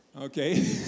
Okay